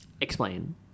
explain